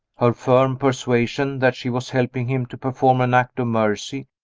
her firm persuasion that she was helping him to perform an act of mercy,